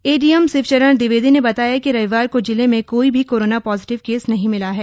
ADM Shivcharan Dwivedi ने बताया कि रविवार को जिले में कोई भी कोरोना पॉजीटिव केस नहीं मिला है